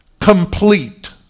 complete